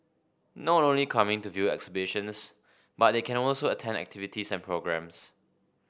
not only coming to view exhibitions but they can also attend activities and programmes